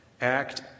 act